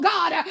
God